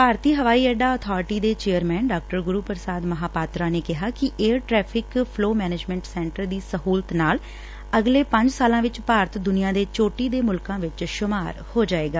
ਭਾਰਤੀ ਹਵਾਈ ਅੱਡਾ ਅਥਾਰਟੀ ਦੇ ਚੇਅਰਮੈਨ ਡਾ ਗੁਰੂ ਪ੍ਸ਼ਾਦ ਮਹਾਪਾਤਰਾ ਨੇ ਕਿਹਾ ਕਿ air traffic flow management centre ਦੀ ਸਹੂਲਤ ਨਾਲ ਅਗਲੇ ਪੰਜ ਸਾਲਾਂ ਵਿਚ ਭਾਰਤ ਦੁਨੀਆਂ ਦੇ ਚੋਟੀ ਦੇ ਮੁਲਕਾਂ ਵਿਚ ਸੁਮਾਰ ਹੋ ਜਾਏਗਾ